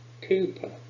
Cooper